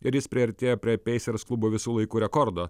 ir jis priartėjo prie pacers klubo visų laikų rekordo